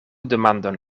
demandon